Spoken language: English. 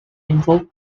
involved